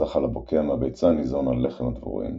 הזחל הבוקע מהביצה ניזון על לחם הדבורים,